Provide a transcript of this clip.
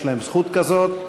יש להם זכות כזאת.